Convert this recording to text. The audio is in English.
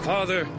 Father